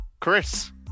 Chris